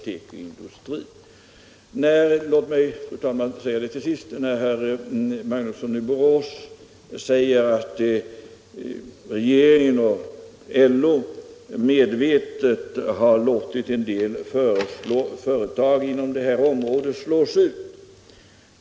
Herr Magnusson i Borås säger att regeringen och LO medvetet har låtit en del företag inom detta område slås ut.